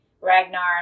Ragnar